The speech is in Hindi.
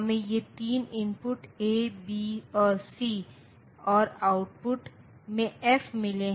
हमें ये तीन इनपुट ए बी और सी और आउटपुट में एफ मिले हैं